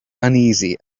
uneasy